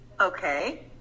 Okay